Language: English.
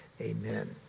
Amen